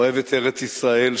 אוהבת ארץ-ישראל,